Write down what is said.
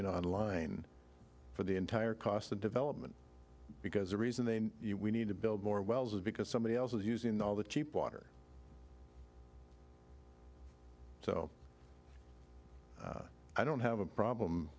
coming on line for the entire cost of development because the reason they need to build more wells is because somebody else is using all the cheap water so i don't have a problem